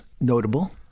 notable